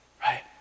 Right